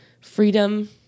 Freedom